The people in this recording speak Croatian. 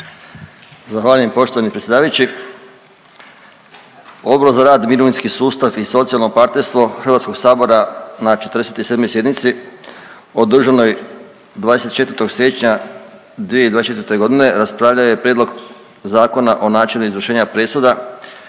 Zahvaljujem poštovani predsjedavajući. Odbor za rad, mirovinski sustav i socijalno partnerstvo HS na 47. sjednici održanoj 24. siječnja 2024.g. raspravljao je Prijedlog Zakona o načinu izvršenja presuda